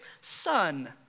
Son